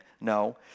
No